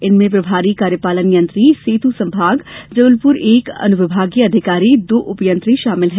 इनमें प्रभारी कार्यपालन यंत्री सेतु संभाग जबलपुर एक अनुविभागीय अधिकारी दो उप यंत्री शामिल हैं